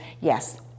Yes